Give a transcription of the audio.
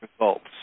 results